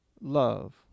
love